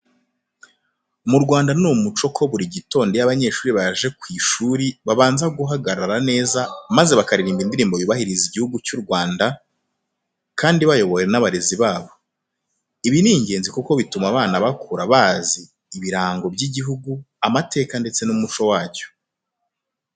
Mu Rwanda ni umuco ko buri gitondo iyo abanyeshuri baje ku ishuri babanza bagahagarara neza maze bakaririmba indirimbo yubahiriza igihugu cy'u Rwanda, kandi bayobowe n'abarezi babo. Ibi ni ingenzi kuko bituma abana bakura bazi ibirango by'igihugu, amateka ndetse n'umuco wacyo.